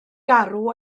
garw